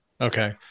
Okay